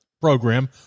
program